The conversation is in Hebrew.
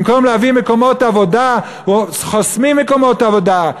במקום להביא מקומות עבודה, חוסמים מקומות עבודה.